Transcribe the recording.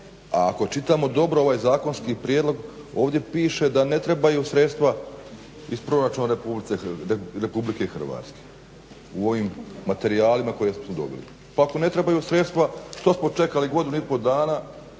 Pa ako čitamo dobro ovaj zakonski prijedlog ovdje piše da ne trebaju sredstva iz proračuna Republike Hrvatske, u ovim materijalima koje smo dobili. Pa ako ne trebaju sredstva što smo čekali godinu i pol dana,